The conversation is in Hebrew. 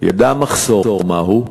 ידע מחסור מהו.